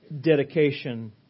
dedication